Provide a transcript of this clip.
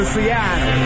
Seattle